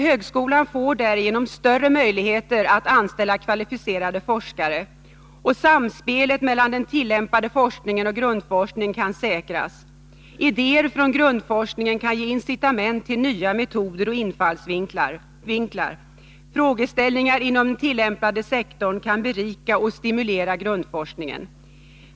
Högskolan får därigenom större möjligheter att anställa kvalificerade forskare. Samspelet mellan den tillämpade forskningen och grundforskningen kan säkras. Idéer från grundforskningen kan ge incitament till nya metoder och infallsvinklar. Frågeställningar inom den tillämpade sektorn kan berika och stimulera grundforskningen.